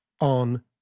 on